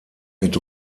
mit